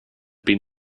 been